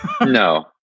No